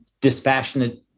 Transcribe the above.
dispassionate